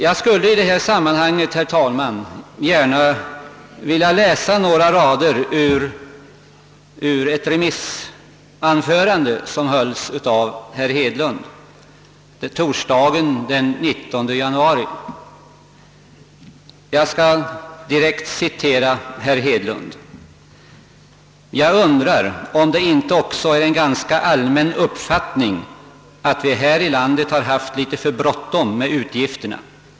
Jag skulle i detta sammanhang, herr talman, gärna vilja läsa några rader ur ett anförande som herr Hedlund höll i remissdebatten torsdagen den 19 januari. Jag skall direkt citera herr Hedlund: »Jag undrar, om det inte också är en ganska allmän uppfattning ——— att vi här i landet har haft litet för bråttom med utgifterna.